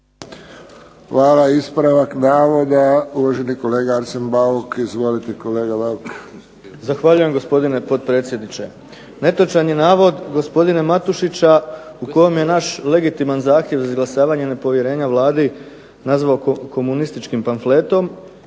Hvala. Ispravak navoda uvaženi kolega Arsen Bauk. Izvolite. **Bauk, Arsen (SDP)** Zahvaljujem gospodine potpredsjedniče. Netočan je navod gospodina Matušića kojemu je naš legitiman zahtjev za izglasavanje nepovjerenja Vladi nazvao komunističkim pamfletom